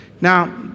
Now